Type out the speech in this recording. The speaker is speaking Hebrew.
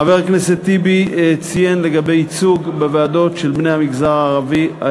חבר הכנסת טיבי ציין לגבי ייצוג בני המגזר הערבי בוועדות.